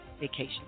vacation